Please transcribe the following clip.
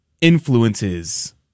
influences